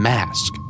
Mask